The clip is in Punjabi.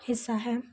ਹਿੱਸਾ ਹੈ